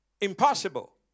Impossible